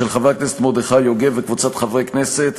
של חברי הכנסת מרדכי יוגב וקבוצת חברי הכנסת,